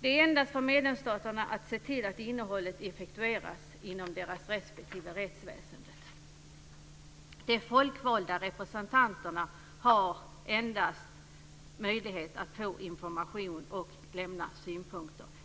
Det är endast för medlemsstaterna att se till att innehållet effektueras inom deras respektive rättsväsende. De folkvalda representanterna har endast möjlighet att få information och lämna synpunkter.